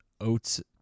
oats